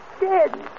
Dead